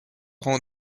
rang